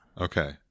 Okay